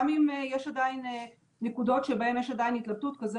גם אם עדיין יש נקודות שעוד יש בהן התלבטות כזו